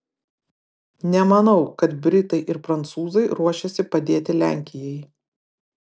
nemanau kad britai ir prancūzai ruošiasi padėti lenkijai